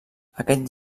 aquest